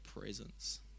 presence